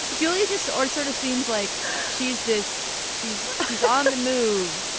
julia just sort sort of seems like she's this she's she's on the move.